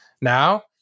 now